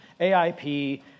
AIP